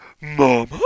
Mama